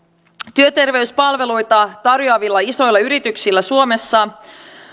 työterveyspalveluita tarjoavilla isoilla yrityksillä suomessa